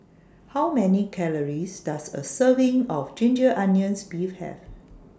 How Many Calories Does A Serving of Ginger Onions Beef Have